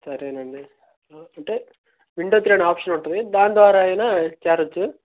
సరేనండి అంటే window three అని ఆప్షన్ ఉంటుంది దాని ద్వారా అయినా చేరొచ్చు